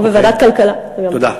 או בוועדת הכלכלה, זה גם, תודה.